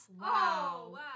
wow